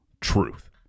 truth